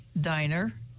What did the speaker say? diner